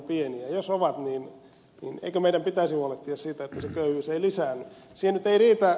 jos ovat niin eikö meidän pitäisi huolehtia siitä että se köyhyys ei lisäänny